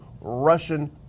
Russian